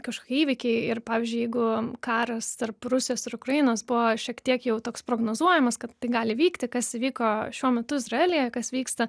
kažkokie įvykiai ir pavyzdžiui jeigu karas tarp rusijos ir ukrainos buvo šiek tiek jau toks prognozuojamas kad tai gali įvykti kas įvyko šiuo metu izraelyje kas vyksta